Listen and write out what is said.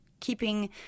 keeping